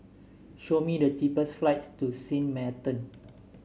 show me the cheapest flights to Sint Maarten